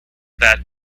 that